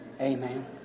amen